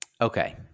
Okay